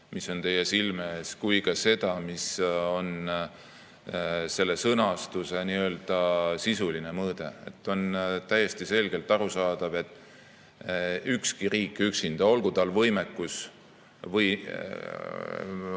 mis on teie silme ees, kui ka seda, mis on selle sõnastuse sisuline mõõde. On täiesti selge ja arusaadav, et ükski riik üksinda, olgu tal võimekus või